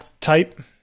type